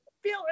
feel